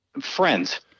Friends